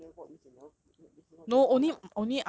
if your mom never bald means you never not means you're not going bald lah